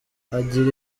agira